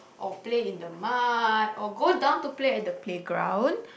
or play in the mud or go down to play at the playground